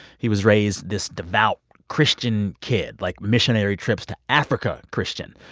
he was raised this devout christian kid, like missionary-trips-to-africa christian.